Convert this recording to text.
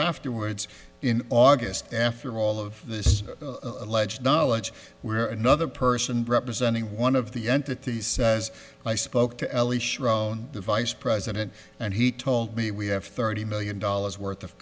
afterwards in august after all of this alleged knowledge were another person representing one of the entities says i spoke to ellie schroen the vice president and he told me we have thirty million dollars worth of